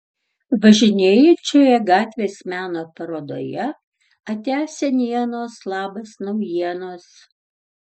važinėjančioje gatvės meno parodoje atia senienos labas naujienos